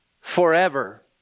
forever